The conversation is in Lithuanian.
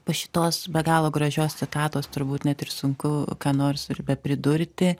po šitos be galo gražios citatos turbūt net ir sunku ką nors ir bepridurti